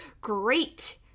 Great